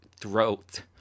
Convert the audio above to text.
Throat